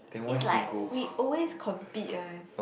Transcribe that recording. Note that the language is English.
it's like we always compete one